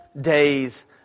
days